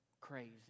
crazy